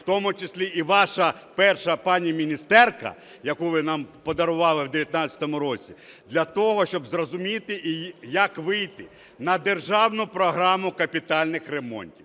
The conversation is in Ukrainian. в тому числі і ваша перша, пані міністерка, яку ви нам подарували в 19-му році, для того, щоб зрозуміти, як вийти на державну програму капітальних ремонтів,